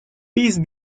peace